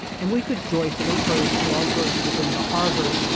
and we could joyfully hurry to our berth within the harbor.